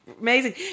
amazing